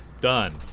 Done